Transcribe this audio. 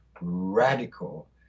radical